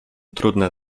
trudne